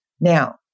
now